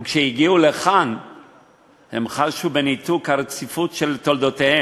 וכשהן שהגיעו לכאן הן חשו בניתוק הרציפות של תולדותיהן,